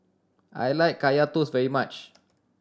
I like Kaya Toast very much